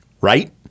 Right